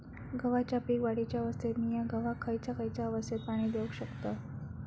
गव्हाच्या पीक वाढीच्या अवस्थेत मिया गव्हाक खैयचा खैयचा अवस्थेत पाणी देउक शकताव?